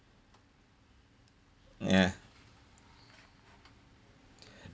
ya